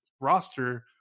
roster